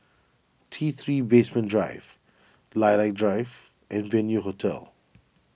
T three Basement Drive Lilac Drive and Venue Hotel